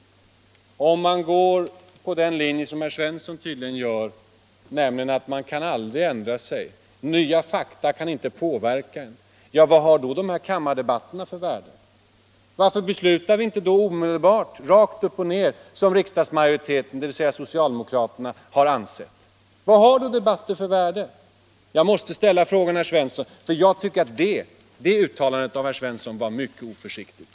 Men om man följer den linje som herr Svensson tydligen gör, nämligen att aldrig kunna ändra sig därför att nya fakta inte kan påverka en, vad har då kammardebatterna för värde? Varför beslutar vi då inte omedelbart rakt upp och ner som majoriteten, dvs. i det här fallet socialdemokraterna, har ansett? Vad har debatter för värde? Jag måste ställa den frågan, eftersom jag tycker att det uttalandet av herr Svensson var mycket oförsiktigt.